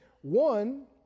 One